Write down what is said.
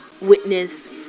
witness